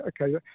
okay